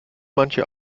manche